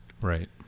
Right